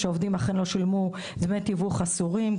שעובדים אכן לא שילמו דמי תיווך אסורים,